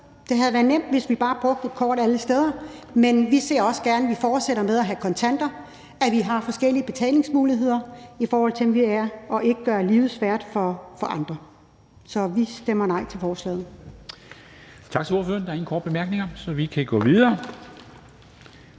Det havde været nemt, hvis vi bare brugte et kort alle steder. Men vi ser også gerne, at man fortsætter med at have kontanter, at man har forskellige betalingsmuligheder, i forhold til ikke at gøre livet svært for andre. Så vi stemmer nej til forslaget.